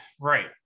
right